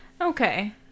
okay